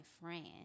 friend